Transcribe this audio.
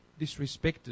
disrespected